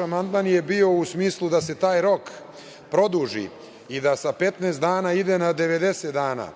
amandman je bio u smislu da se taj rok produži i da sa 15 dana ide na 90 dana.